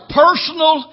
personal